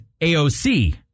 AOC